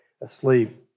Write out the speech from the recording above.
asleep